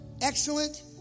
excellent